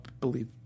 believe